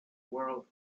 world